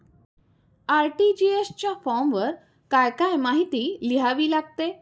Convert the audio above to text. RTGS च्या फॉर्मवर काय काय माहिती लिहावी लागते?